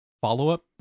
Follow-up